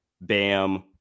Bam